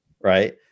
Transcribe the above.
right